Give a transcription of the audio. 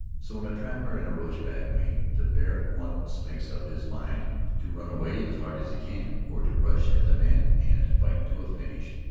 so when a trapper and a roachback meet, the bear at once makes up his mind to run away as hard as he can, or to rush at the man and fight to a finish.